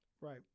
Right